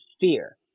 fear